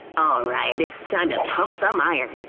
alright! it's time to pump some iron!